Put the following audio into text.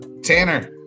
Tanner